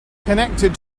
connected